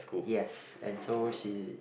yes and so she